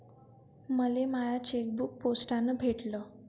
मले my chequebook पोस्टानं भेटल